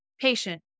patient